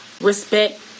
respect